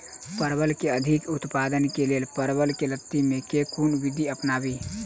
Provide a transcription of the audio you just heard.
परवल केँ अधिक उत्पादन केँ लेल परवल केँ लती मे केँ कुन विधि अपनाबी?